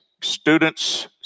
students